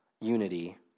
unity